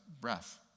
breath